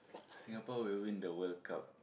Singapore will win the World-Cup